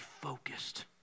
focused